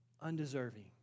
undeserving